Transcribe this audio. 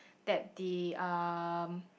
that the um